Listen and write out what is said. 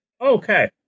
Okay